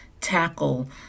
tackle